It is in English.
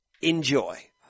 enjoy